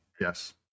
Yes